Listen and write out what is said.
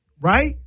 Right